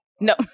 No